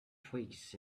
twigs